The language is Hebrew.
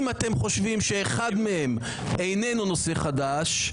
אם אתם חושבים שאחד מהם איננו נושא חדש,